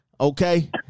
okay